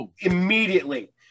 immediately